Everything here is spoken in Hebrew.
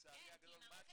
לצערי הגדול,